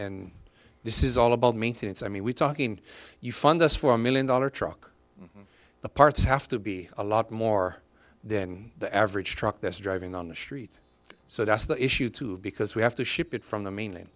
this is all about maintenance i mean we're talking you fundus four million dollar truck the parts have to be a lot more than the average truck that's driving on the street so that's the issue too because we have to ship it from the main